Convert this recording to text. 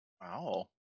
wow